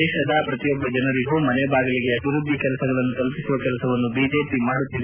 ದೇಶದ ಪ್ರತಿಯೊಬ್ಬ ಜನರಿಗೂ ಮನೆ ಬಾಗಿಲಿಗೆ ಅಭಿವೃದ್ಧಿ ಕೆಲಸಗಳನ್ನು ತಲುಪಿಸುವ ಕೆಲಸವನ್ನು ಬಿಜೆಪಿ ಮಾಡುತ್ತಿದೆ ಎಂದು ಹೇಳಿದ್ದಾರೆ